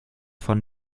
von